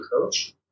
coach